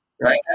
right